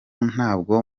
ntabwo